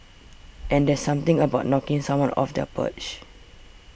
and there's something about knocking someone off their perch